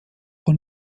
von